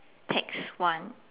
tax one